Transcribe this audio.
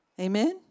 Amen